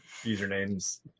usernames